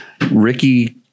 Ricky